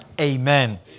Amen